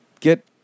get